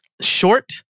short